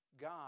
God